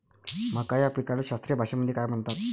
मका या पिकाले शास्त्रीय भाषेमंदी काय म्हणतात?